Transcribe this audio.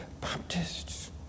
Baptists